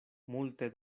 multe